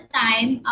time